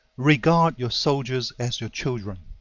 regard your soldiers as your children,